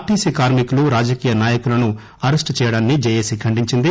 RTC కార్మికులు రాజకీయ నాయకులను అరెస్ట్ చేయడాన్ని జేఏసీ ఖండించింది